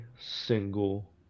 single